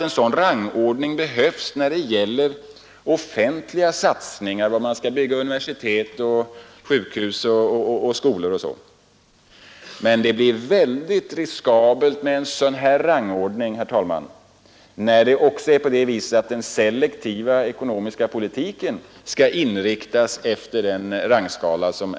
En rangordning behövs när det gäller offentliga satsningar för att bygga universitet, sjukhus, skolor osv., men en sådan rangordning blir mycket riskabel när också den selektiva ekonomiska politiken skall inriktas efter denna.